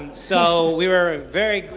so, we're we're very,